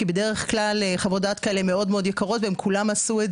כי בדרך כלל חוות דעת כאלה הן מאוד יקרות וכולם עשו את